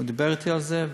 הוא דיבר אתי על זה,